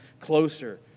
closer